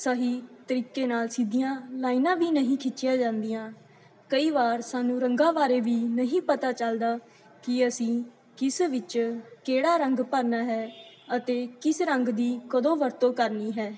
ਸਹੀ ਤਰੀਕੇ ਨਾਲ ਸਿੱਧੀਆਂ ਲਾਈਨਾਂ ਵੀ ਨਹੀਂ ਖਿੱਚੀਆਂ ਜਾਂਦੀਆਂ ਕਈ ਵਾਰ ਸਾਨੂੰ ਰੰਗਾਂ ਬਾਰੇ ਵੀ ਨਹੀਂ ਪਤਾ ਚੱਲਦਾ ਕਿ ਅਸੀਂ ਕਿਸ ਵਿੱਚ ਕਿਹੜਾ ਰੰਗ ਭਰਨਾ ਹੈ ਅਤੇ ਕਿਸ ਰੰਗ ਦੀ ਕਦੋਂ ਵਰਤੋਂ ਕਰਨੀ ਹੈ